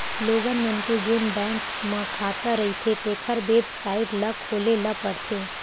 लोगन मन के जेन बैंक म खाता रहिथें तेखर बेबसाइट ल खोले ल परथे